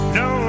no